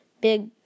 big